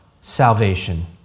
salvation